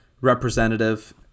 representative